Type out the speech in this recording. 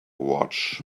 watch